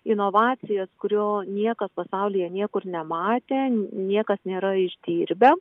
inovacijas kurių niekas pasaulyje niekur nematė niekas nėra išdirbę